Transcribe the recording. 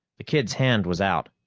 the kid's hand was out,